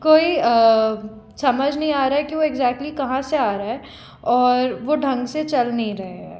कोई समझ में नहीं आ रहा है कि वो एक्साक्ट्ली वो कहाँ से आ रहा है और वो ढंग से चल नहीं रहे है